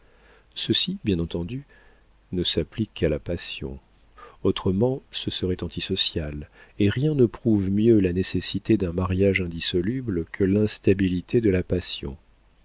ceci bien entendu ne s'applique qu'à la passion autrement ce serait anti social et rien ne prouve mieux la nécessité d'un mariage indissoluble que l'instabilité de la passion